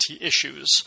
issues